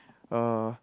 uh